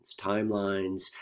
timelines